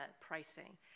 pricing